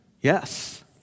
Yes